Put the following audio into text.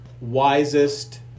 wisest